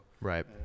right